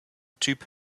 typ